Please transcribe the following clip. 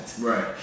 Right